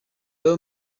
rero